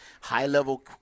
High-level